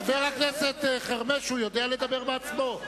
חבר הכנסת חרמש, הוא יודע לדבר בעצמו.